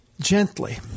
gently